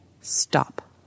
stop